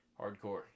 Hardcore